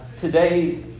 today